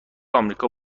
آمریکا